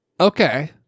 okay